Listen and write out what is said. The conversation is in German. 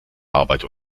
arbeiter